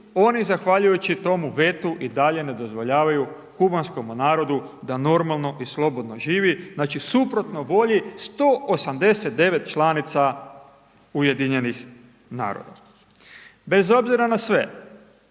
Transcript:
oni zahvaljujući tomu vetu i dalje ne dozvoljavaju Kubanskome narodu da normalno i slobodno živi, znači suprotno volji 189 članica UN-a. Bez obzira na sve,